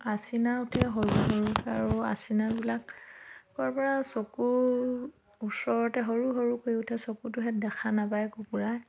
আচিনা উঠে সৰু সৰুকৈ আৰু আচিনাবিলাক ক'ৰপৰা চকুৰ ওচৰতে সৰু সৰুকৈ উঠে চকুটোহেঁত দেখা নেপায় কুকুৰাই